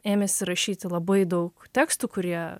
ėmėsi rašyti labai daug tekstų kurie